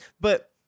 But-